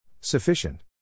Sufficient